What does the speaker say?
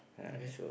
okay